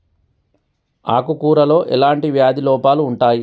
ఆకు కూరలో ఎలాంటి వ్యాధి లోపాలు ఉంటాయి?